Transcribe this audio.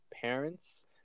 parents